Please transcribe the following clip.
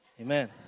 Amen